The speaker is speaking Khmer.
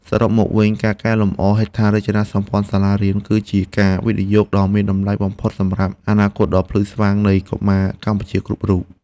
សរុបមកវិញ ការកែលម្អហេដ្ឋារចនាសម្ព័ន្ធសាលារៀន គឺជាការវិនិយោគដ៏មានតម្លៃបំផុតសម្រាប់អនាគតដ៏ភ្លឺស្វាងនៃកុមារកម្ពុជាគ្រប់រូប។